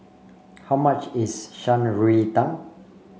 how much is Shan Rui Tang